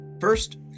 First